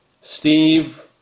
Steve